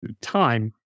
time